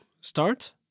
start